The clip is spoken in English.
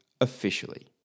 officially